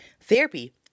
therapy